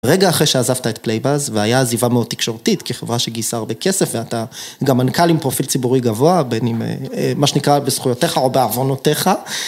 רגע אחרי שעזבת את פלייבאז, והיה עזיבה מאוד תקשורתית כחברה שגיסה הרבה כסף ואתה גם מנכ"ל עם פרופיל ציבורי גבוה בין אם, מה שנקרא, בזכויותיך או בעוונותיך